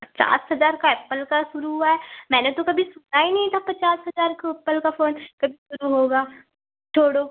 पचास हज़ार का एप्पल का शुरू हुआ है मैंने तो कभी सुना ही नहीं था पचास हज़ार का एप्पल का फ़ोन कब शुरू होगा थोड़ो